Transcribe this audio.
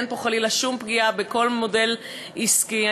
אין פה חלילה שום פגיעה בכל מודל עסקי.